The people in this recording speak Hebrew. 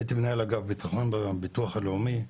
הייתי מנהל אגף בטחון בביטוח הלאומי,